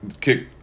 kick